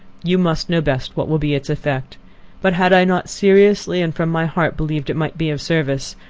you must know best what will be its effect but had i not seriously, and from my heart believed it might be of service,